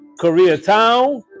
Koreatown